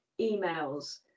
emails